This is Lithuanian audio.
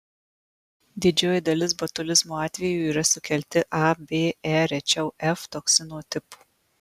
didžioji dalis botulizmo atvejų yra sukelti a b e rečiau f toksino tipų